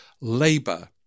Labour